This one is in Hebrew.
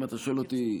אם אתה שואל אותי,